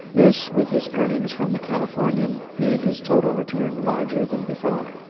this, with his earnings from the californian, made his total return larger than before.